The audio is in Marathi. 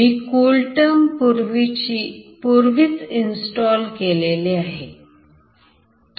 मी CoolTerm पूर्वीची इन्स्टॉल केलेले आहे